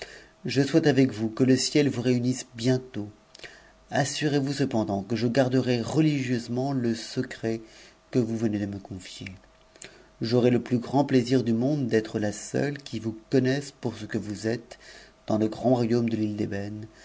je souhaite avec wus que le ciel vous réunisse bientôt assurez vous cependant que je iorderai religieusement le secret que vous venez de me confier j'aurai c ntus grand plaisir du monde d'être la seule qui vous connaisse pour ce duc vous êtes dans le grand royaume de l'île